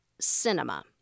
cinema